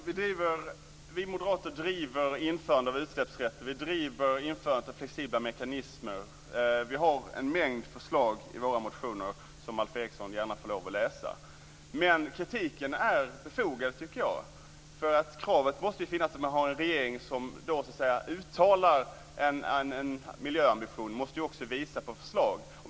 Herr talman! Vi moderater driver kravet på införande av utsläppsrätten och införandet av flexibla mekanismer. Vi har en mängd förslag i våra motioner som Alf Eriksson gärna kan läsa. Men kritiken är befogad, tycker jag. När man har en regering som uttalar en miljöambition måste den ju också visa på förlag.